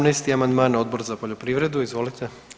18. amandman Odbor za poljoprivredu, izvolite.